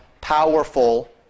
powerful